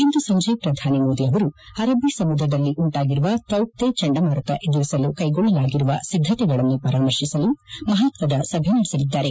ಇಂದು ಸಂಜೆ ಪ್ರಧಾನಿ ಮೋದಿ ಅವರು ಅರಣ್ಣ ಸಮುದ್ರದಲ್ಲಿ ಉಂಟಾಗಿರುವ ತೌಕ್ತ ಚಂಡಮಾರುತ ಎದುರಿಸಲು ಕೈಗೊಳ್ಳಲಾಗಿರುವ ಸಿದ್ದತೆಗಳನ್ನು ಪರಾಮರ್ಶಿಸಲು ಮಹತ್ವ ಸಭೆ ನಡೆಸಲಿದ್ದಾರೆ